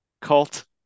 cult